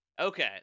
okay